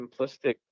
simplistic